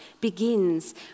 begins